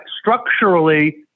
structurally –